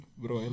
Bro